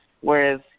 whereas